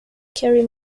kerry